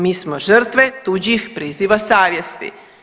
Mi smo žrtve tuđih priziva savjesti.